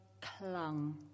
clung